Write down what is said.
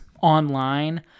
online